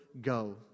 go